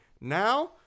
Now